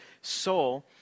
soul